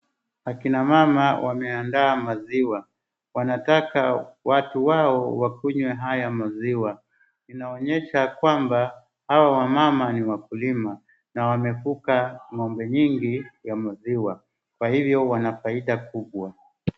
Akina mama wameandaa maziwa. Wanataka watu wao wakunywe haya maziwa. Inaonyesha kwamba hawa wamama ni wakulima na wamefuga ng'ombe mingi ya maziwa kwa hivyo wana faida nyingi.